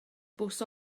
bws